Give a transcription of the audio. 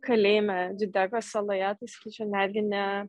kalėjime džiudeko saloje tai sakyčiau netgi ne